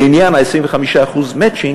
בעניין ה-25% מצ'ינג,